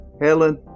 Helen